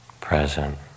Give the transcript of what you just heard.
present